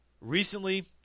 recently